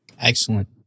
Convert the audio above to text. Excellent